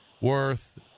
Worth